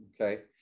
Okay